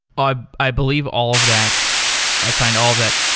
i i believe all of that i find all of that